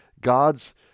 God's